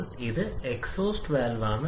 അതേസമയം വലുതാണ് 1